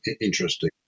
interesting